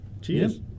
Cheers